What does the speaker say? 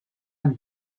amb